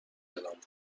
اعلام